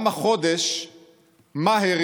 גם החודש מאהר,